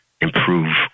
improve